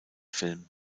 film